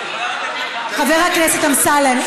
חבר הכנסת אמסלם,